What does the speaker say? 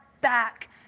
back